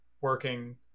working